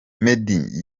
meddy